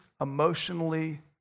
emotionally